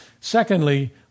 Secondly